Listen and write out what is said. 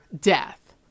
death